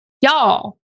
Y'all